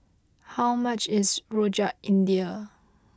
how much is Rojak India